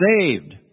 saved